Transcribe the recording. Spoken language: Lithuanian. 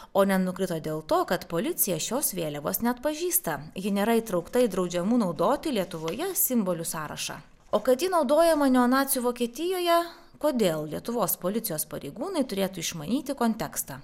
o nenukrito dėl to kad policija šios vėliavos neatpažįsta ji nėra įtraukta į draudžiamų naudoti lietuvoje simbolių sąrašą o kad ji naudojama neonacių vokietijoje kodėl lietuvos policijos pareigūnai turėtų išmanyti kontekstą